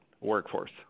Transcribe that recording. workforce